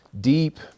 deep